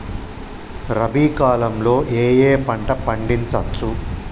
రబీ కాలంలో ఏ ఏ పంట పండించచ్చు?